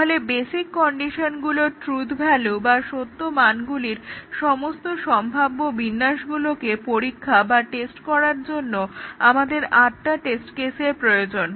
তাহলে বেসিক কন্ডিশনগুলোর truth value বা সত্য মানগুলির সমস্ত সম্ভাব্য বিন্যাসগুলোকে পরীক্ষা বা টেস্ট করার জন্য আমাদের আটটা টেস্ট কেসের প্রয়োজন